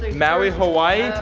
maui hawaii.